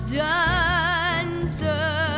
dancer